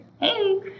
Hey